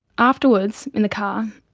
afterwards in the car,